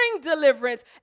deliverance